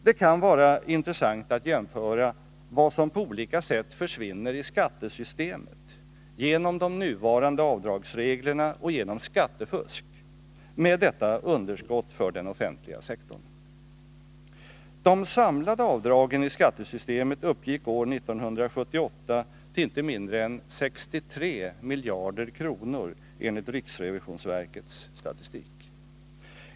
Det kan vara intressant att jämföra vad som på olika sätt försvinner i skattesystemet genom de nuvarande avdragsreglerna och genom skattefusk med detta underskott för den offentliga sektorn. De samlade avdragen i skattesystemet uppgick 1978 till inte mindre än 63 miljarder kronor enligt riksrevisionsverkets statistik.